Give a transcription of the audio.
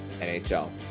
NHL